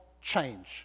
change